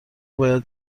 باید